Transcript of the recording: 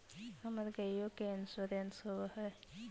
हमर गेयो के इंश्योरेंस होव है?